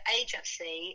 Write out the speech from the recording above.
agency